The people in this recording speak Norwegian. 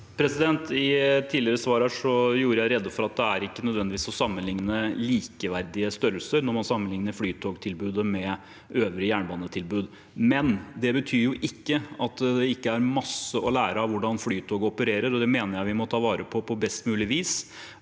I tidligere svar gjorde jeg rede for at det ikke nødvendigvis er å sammenligne likeverdige størrelser når man sammenligner flytogtilbudet med øvrige jernbanetilbud, men det betyr ikke at det ikke er masse å lære av hvordan Flytoget opererer. Det mener jeg vi må ta vare på på best mulig vis,